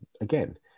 again